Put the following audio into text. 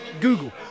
Google